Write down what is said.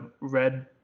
red